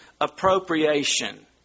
appropriation